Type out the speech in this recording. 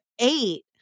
eight